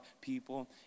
people